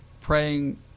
praying